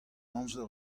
amzer